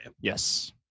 Yes